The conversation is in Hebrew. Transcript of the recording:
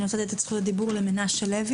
אני רוצה לתת את רשות הדיבור למנשה לוי,